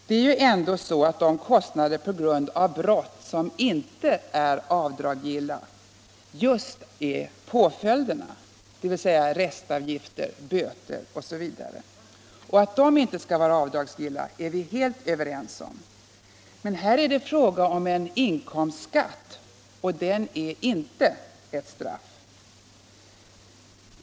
Det är ju ändå så att de kostnader på grund av brott som inte är avdragsgilla just är påföljderna, dvs. restavgifter, böter osv. Att de inte skall vara avdragsgilla är vi helt överens om. Men här är det fråga om en inkomstskatt, och den är inte ett straff.